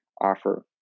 offer